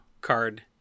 card